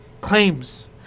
claims